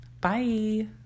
Bye